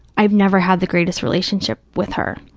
i've never had the greatest relationship with her.